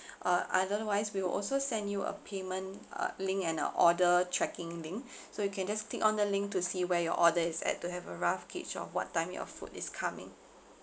uh otherwise we will also send you a payment uh link and a order tracking link so you can just click on the link to see where your order is at to have a rough gauge of what time your food is coming